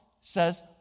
says